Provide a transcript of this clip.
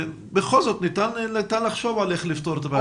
בכל זאת ניתן לחשוב על דרכים לפתרון הבעיה.